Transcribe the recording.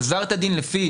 גזר את הדין לפי